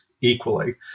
equally